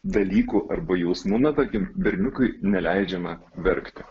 dalykų arba jausmų na tarkima berniukui neleidžiama verkti